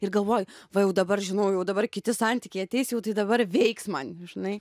ir galvoju va jau dabar žinau dabar kiti santykiai ateis jau tai dabar veiks man žinai